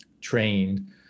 trained